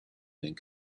being